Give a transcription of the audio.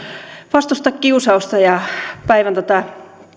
vastustaa kiusausta päivän tätä